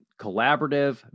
collaborative